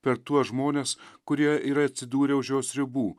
per tuos žmones kurie yra atsidūrę už jos ribų